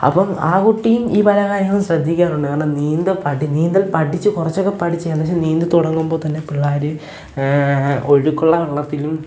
അപ്പോള് ആ കുട്ടിയും ഈ പറയുന്ന കാര്യങ്ങൾ ശ്രദ്ധിക്കാനുണ്ട് കാരണം നീന്തൽ പഠിച്ച് കുറച്ചൊക്കെ പഠിച്ചതിന് ശേഷം നീന്തി തുടങ്ങുമ്പോള്ത്തന്നെ പിള്ളാര് ഒഴുക്കുള്ള വെള്ളത്തിലും